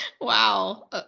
wow